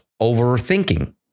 overthinking